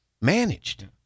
managed